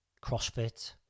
CrossFit